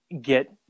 get